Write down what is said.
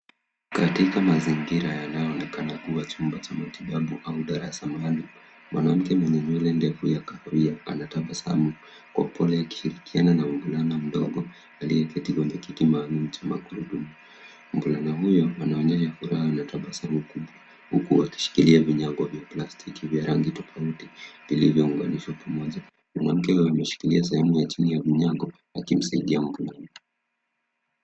Katika mazingira yanayoonekana kuwa chumba cha matibabu au darasa maalum mwanamke mwenye nywele ndefu ya kahawia anatabasamu kwa upole akishirikiana na mvulana mdogo aliyeketi kwenye kiti maalum cha magurudumu. Mvulana huyu anaonyesha furaha na tabasamu kubwa huku akishikilia vinyago vya plastiki vya rangi tofauti vilivyounganishwa pamoja. Mwanamke huyu anmeshikilia sehemu ya chini ya vinyago akimsaidia mvulana.